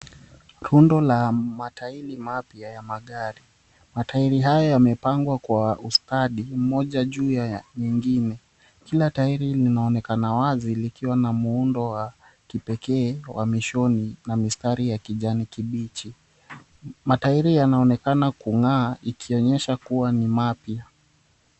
Rundo ya matairi mapya ya magari. Matairi haya yamepangwa kwa ustadi moja juu ya nyingine. Kila tairi linaonekana wazi likiwa na muundo wa kipekee wa mishoni na mistari ya kijani kibichi. Matairi yanaonekana kung'aa ikionyesha kuwa ni mapya.